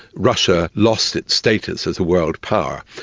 russia lost its status as a world power.